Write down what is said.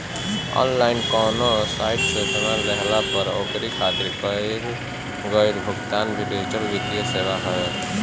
online कवनो site से सामान लेहला पअ ओकरी खातिर कईल गईल भुगतान भी डिजिटल वित्तीय सेवा हवे